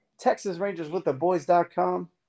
TexasRangersWithTheBoys.com